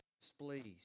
displeased